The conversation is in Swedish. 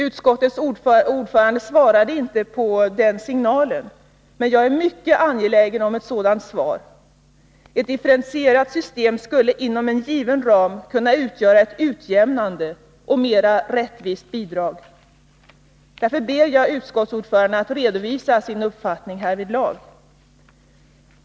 Utskottets ordförande svarade inte på den signalen. Man jag är mycket angelägen om ett svar. Ett differentierat system skulle inom en given ram kunna utgöra ett utjämnande och mera rättvist bidrag. Därför ber jag utskottsordföranden att redovisa sin uppfattning härvidlag.